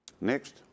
next